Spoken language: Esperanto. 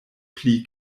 pli